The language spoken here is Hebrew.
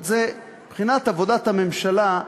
מבחינת עבודת הממשלה,